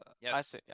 Yes